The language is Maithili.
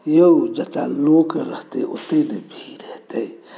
यौ जतऽ लोक रहतै ओतै ने भीड़ हेतै